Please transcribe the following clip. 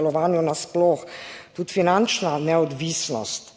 delovanju nasploh, tudi finančna neodvisnost.